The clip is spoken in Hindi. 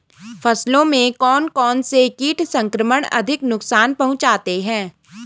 फसलों में कौन कौन से कीट संक्रमण अधिक नुकसान पहुंचाते हैं?